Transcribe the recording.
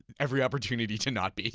every opportunity to not be.